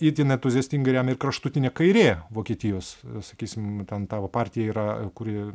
itin entuziastingai remia ir kraštutinė kairė vokietijos sakysim ten ta va partija yra kuri